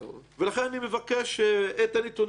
לכן אני מבקש את הנתונים הללו.